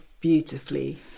beautifully